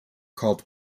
called